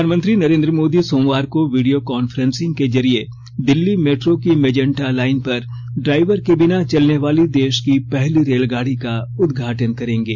प्रधानमंत्री नरेन्द्र मोदी सोमवार को वीडियो कांफ्रेंसिंग के जरिये दिल्ली मेट्रो की मेजेंटा लाइन पर ड्राइवर के बिना चलने वाली देश की पहली रेलगाडी का उदघाटन करेंगे